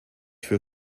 für